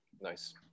nice